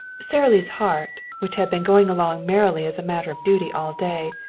sara lee's heart, which had been going along merely as a matter of duty all day,